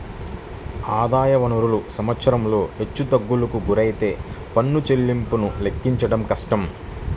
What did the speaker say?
ఆదాయ వనరులు సంవత్సరంలో హెచ్చుతగ్గులకు గురైతే పన్ను చెల్లింపులను లెక్కించడం కష్టం